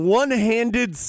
one-handed